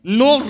no